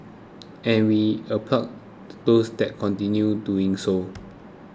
and we applaud those that continue doing so